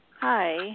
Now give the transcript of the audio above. Hi